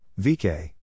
VK